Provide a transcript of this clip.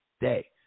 day